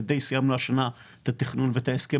ודי סיימנו השנה את התכנון ואת ההסכם